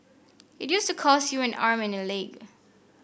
it used to cost you an arm and a leg